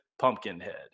Pumpkinhead